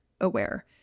aware